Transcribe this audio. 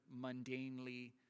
mundanely